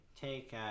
take